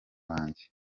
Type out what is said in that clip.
banjye